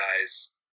guys